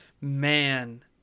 man